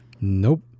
Nope